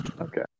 Okay